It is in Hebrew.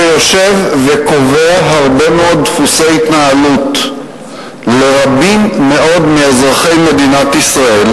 שיושב וקובע הרבה מאוד דפוסי התנהלות לרבים מאוד מאזרחי מדינת ישראל,